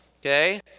okay